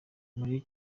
muri